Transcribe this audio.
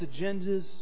agendas